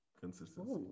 Consistency